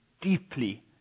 deeply